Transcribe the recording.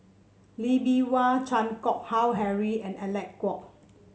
Lee Bee Wah Chan Keng Howe Harry and Alec Kuok